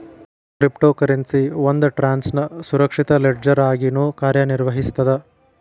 crypto currency ಒಂದ್ ಟ್ರಾನ್ಸ್ನ ಸುರಕ್ಷಿತ ಲೆಡ್ಜರ್ ಆಗಿನೂ ಕಾರ್ಯನಿರ್ವಹಿಸ್ತದ